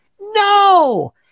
No